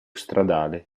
stradale